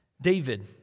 David